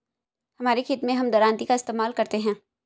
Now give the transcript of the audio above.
हमारे खेत मैं हम दरांती का इस्तेमाल करते हैं